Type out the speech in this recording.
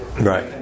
Right